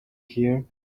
here